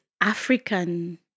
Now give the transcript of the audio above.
African